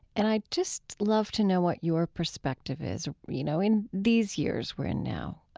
and i'd just love to know what your perspective is, you know, in these years we're in now.